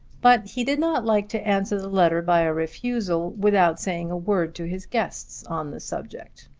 but he did not like to answer the letter by a refusal without saying a word to his guests on the subject.